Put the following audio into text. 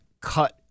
cut